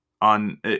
on